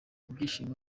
ibyishimo